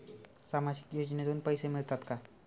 सामाजिक योजनेतून पैसे मिळतात का?